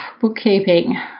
bookkeeping